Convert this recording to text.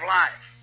life